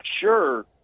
sure